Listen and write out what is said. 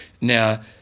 Now